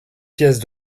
pièces